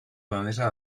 danesa